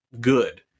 good